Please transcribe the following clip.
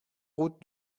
route